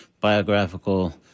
biographical